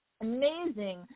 amazing